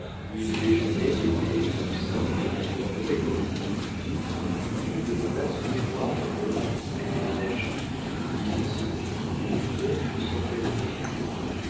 où il déjeunait des mets les plus simples en croyant économiser il demanda son mémoire en homme qui voulait déménager il se vit débiteur d'une centaine de francs